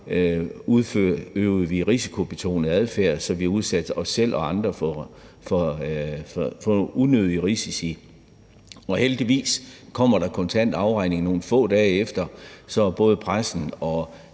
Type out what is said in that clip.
vi udøvede risikobetonet adfærd, så vi udsatte os selv og andre for unødige risici. Heldigvis kommer der kontant afregning nogle få dage efter, så både pressen og